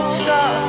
stop